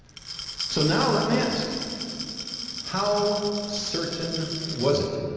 so now let me ask how certain was it